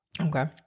Okay